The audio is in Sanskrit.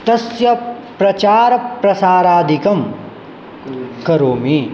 तस्याः प्रचारप्रसारादिकं करोमि